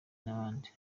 n’abandi